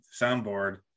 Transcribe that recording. soundboard